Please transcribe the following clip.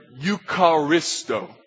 Eucharisto